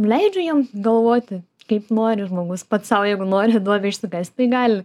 leidžiu jiem galvoti kaip nori žmogus pats sau jeigu nori duobę išsikast tai gali